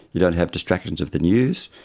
you don't have distractions of the news,